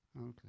Okay